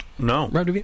No